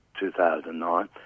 2009